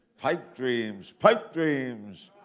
pipe dreams. pipe dreams.